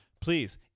please